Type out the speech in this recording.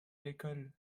l’école